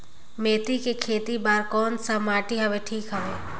मेथी के खेती बार कोन सा माटी हवे ठीक हवे?